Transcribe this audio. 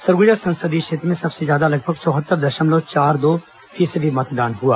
सरगुजा संसदीय क्षेत्र में सबसे ज्यादा लगभग चौहत्तर दशमलव चार दो प्रतिशत मतदान हुआ